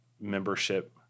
membership